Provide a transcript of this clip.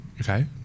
okay